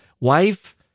Wife